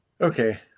Okay